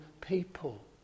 people